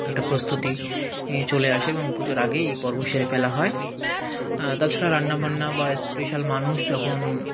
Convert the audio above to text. একটা প্রস্তুতি চলে আসে এবং পুজোর আগেই এই পর্ব সেরে ফেলা হয় তাছাড়া রান্নাবান্না বা স্পেশাল মানুষ যখন